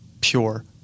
pure